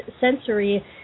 sensory